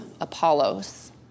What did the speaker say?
Apollos